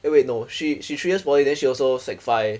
wait wait no she she three years poly then she also sec five